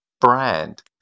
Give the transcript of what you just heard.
brand